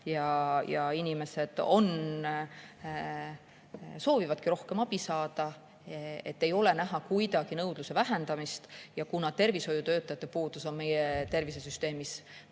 ja inimesed soovivadki rohkem abi saada –, ei ole näha kuidagi nõudluse vähenemist. Tervishoiutöötajate puudus on meie tervisesüsteemis kõige